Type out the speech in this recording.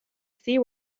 see